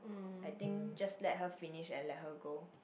I think just let her finish and let her go